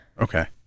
Okay